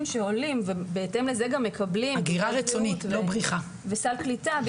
שעולים ובהתאם לזה גם מקבלים סל קליטה,